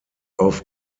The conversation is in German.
auf